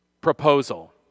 proposal